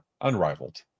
unrivaled